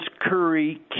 Curry